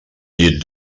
llit